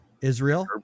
Israel